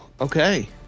okay